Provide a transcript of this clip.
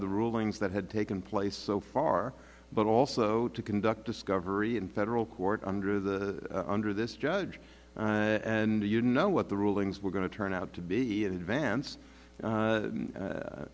the rulings that had taken place so far but also to conduct discovery in federal court under the under this judge and you know what the rulings were going to turn out to be in advance